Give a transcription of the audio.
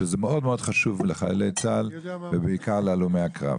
וזה מאוד-מאוד חשוב לחיילי צה"ל ובעיקר להלומי קרב,